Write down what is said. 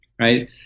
right